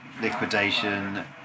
liquidation